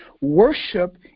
Worship